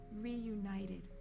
reunited